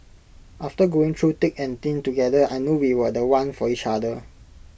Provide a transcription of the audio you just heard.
after going through thick and thin together I knew we were The One for each other